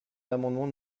l’amendement